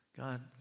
God